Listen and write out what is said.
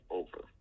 over